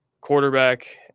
quarterback